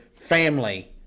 family